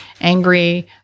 angry